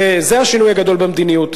וזה השינוי הגדול במדיניות.